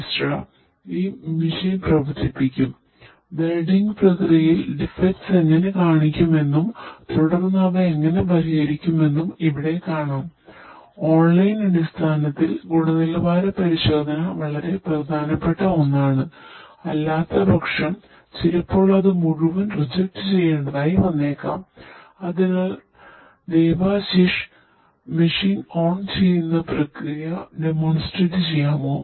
mister Devashish Mishra ചെയ്യാമോ